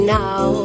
now